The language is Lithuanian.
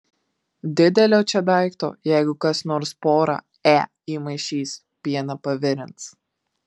didelio čia daikto jeigu kas nors porą e įmaišys pieną pavirins